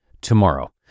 tomorrow